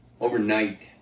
Overnight